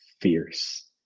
fierce